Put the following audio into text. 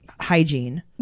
hygiene